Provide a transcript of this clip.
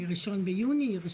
אנחנו